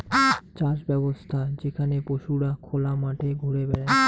চাষ ব্যবছ্থা যেখানে পশুরা খোলা মাঠে ঘুরে বেড়ায়